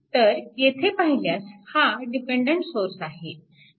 तर येथे पाहिल्यास हा डिपेन्डन्ट सोर्स आहे